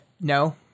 No